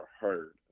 heard